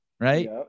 Right